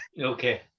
Okay